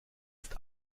ist